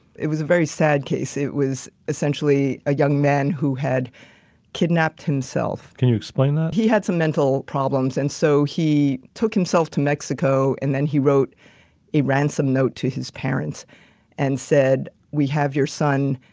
it was a very sad case. it was essentially a young man who had kidnapped himself. can you explain that? he had some mental problems and so he took himself to mexico, and then he wrote a ransom note to his parents and said, we have your son,